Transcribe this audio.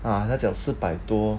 啊那就四百多